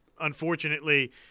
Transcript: unfortunately